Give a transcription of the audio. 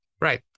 right